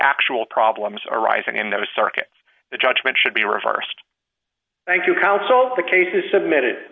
actual problems arising in those circuits the judgment should be reversed thank you counsel for the cases submitted